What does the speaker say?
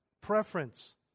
Preference